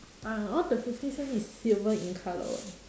ah all the fifty cents is silver in colour [what]